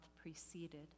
preceded